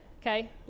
okay